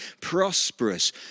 prosperous